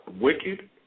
wicked